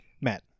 Matt